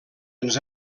ens